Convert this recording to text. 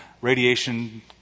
radiation